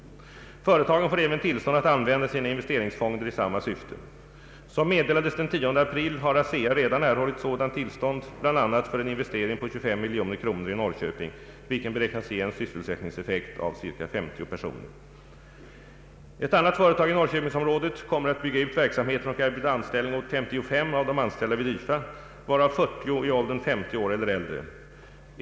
Företagen får även tillstånd att använda sina investeringsfonder i samma syfte. Som meddelades den 10 april har ASEA redan erhållit sådant tillstånd bl.a. för en investering på 25 miljoner kronor i Norrköping, vilken beräknas ge en sysselsättningseffekt av ca 50 personer. Ett annat företag i Norrköpingsområdet kommer att bygga ut verksamheten och erbjuda anställning åt 55 av de anställda vid YFA, varav 40 i åldern 50 år eller äldre.